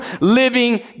living